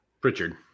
Pritchard